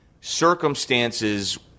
circumstances